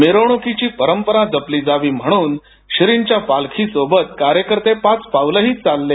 मिरवणुकीची परंपरा जपली जावी म्हणून श्रींच्या पालखीसोबत कार्यकर्ते पाच पावलंही चालले